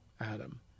Adam